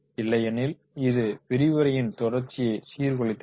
இல்லையெனில் இது விரிவுரையின் தொடர்ச்சியை சீர்குலைத்துவிடும்